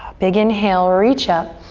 big inhale, reach up.